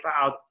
out